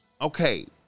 Okay